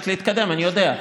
להתקדם, אני יודע.